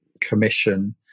commission